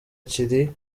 kiri